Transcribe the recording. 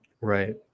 Right